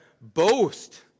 boast